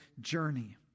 journey